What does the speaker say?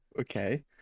okay